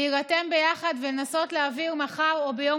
להירתם ביחד ולנסות להעביר מחר או ביום